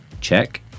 Check